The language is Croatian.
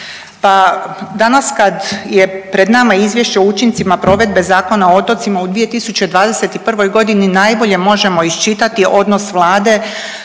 danas kad je pred nama Izvješće o učincima provedbe Zakona o otocima u 2021.g. najbolje možemo iščitati odnos Vlade